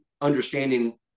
understanding